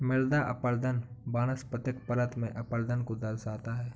मृदा अपरदन वनस्पतिक परत में अपरदन को दर्शाता है